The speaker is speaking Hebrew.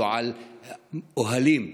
על אוהלים,